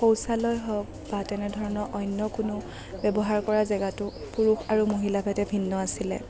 শৌচালয় হওক বা তেনেধৰণৰ অন্য কোনো ব্যৱহাৰ কৰা জেগাটো পুৰুষ আৰু মহিলাভেদে ভিন্ন আছিলে